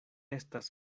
estas